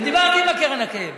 ודיברתי עם הקרן הקיימת,